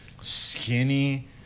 skinny